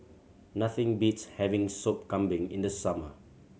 nothing beats having Sop Kambing in the summer